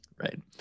Right